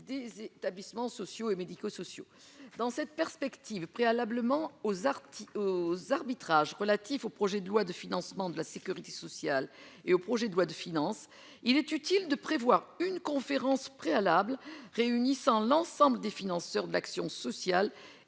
des établissements sociaux et médico-sociaux dans cette perspective, préalablement aux aux arbitrages relatifs au projet de loi de financement de la Sécurité sociale et au projet de loi de finances, il est utile de prévoir une conférence préalables réunissant l'ensemble des financeurs de l'action sociale